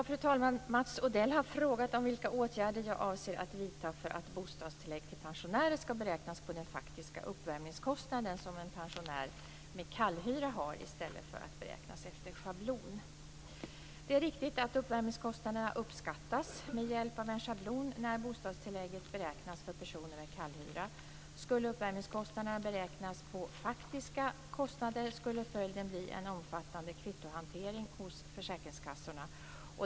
Fru talman! Mats Odell har frågat om vilka åtgärder jag avser att vidta för att bostadstillägg till pensionärer, BTP, skall beräknas på den faktiska uppvärmningskostnaden som en pensionär med kallhyra har i stället för att beräknas efter schablon. Det är riktigt att uppvärmningskostnaderna uppskattas med hjälp av en schablon när bostadstillägget beräknas för personer med kallhyra. Skulle uppvärmningskostnaderna beräknas på faktiska kostnader skulle följden bli en omfattande kvittohantering hos försäkringskassorna.